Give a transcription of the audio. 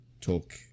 talk